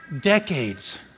decades